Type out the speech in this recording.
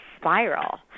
spiral